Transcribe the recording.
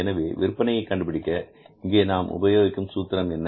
எனவே விற்பனையை கண்டுபிடிக்க இங்கே நாம் உபயோகிக்கும் சூத்திரம் என்ன